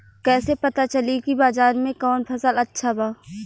कैसे पता चली की बाजार में कवन फसल अच्छा बा?